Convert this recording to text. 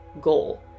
goal